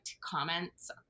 comments